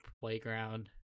playground